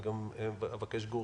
אני גם אבקש שגור